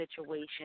situation